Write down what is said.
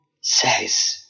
says